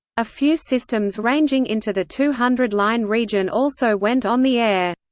a few systems ranging into the two hundred line region also went on the air.